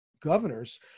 governors